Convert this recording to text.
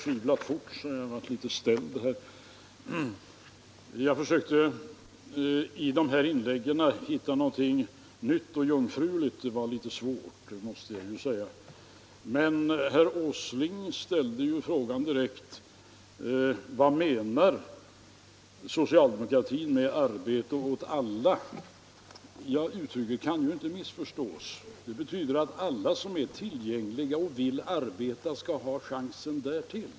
Vad menar socialdemokratin med ”arbete åt alla”? Uttrycket kan ju inte missförstås. Det betyder att alla som är tillgängliga och vill arbeta skall ha chansen därtill.